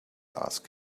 asked